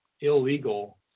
illegal